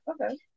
okay